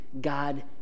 God